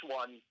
one